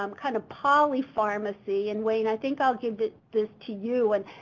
um kind of, polypharmacy, and wayne, i think i'll give this to you and,